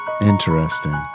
Interesting